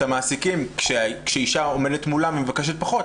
המעסיקים כשאשה עומדת מולם ומבקשת פחות,